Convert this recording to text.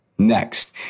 Next